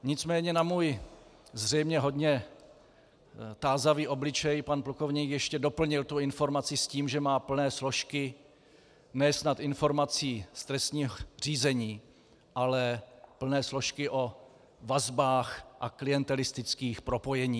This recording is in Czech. Nicméně na můj zřejmě hodně tázavý obličej pan plukovník ještě doplnil tu informaci s tím, že má plné složky ne snad informací z trestního řízení, ale plné složky o vazbách a klientelistických propojeních.